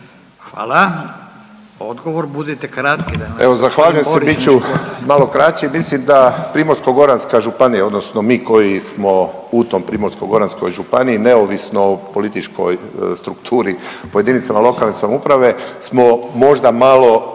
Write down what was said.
(HDZ)** Evo zahvaljujem se bit ću malo kraći. Mislim da Primorsko-goranska županija odnosno mi koji smo u tom Primorsko-goranskoj županiji neovisno o političkoj strukturi po jedinicama lokalne samouprave smo možda malo